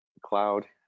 cloud